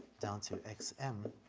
down to x m